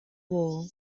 wall